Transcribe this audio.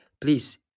Please